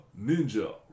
Ninja